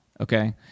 okay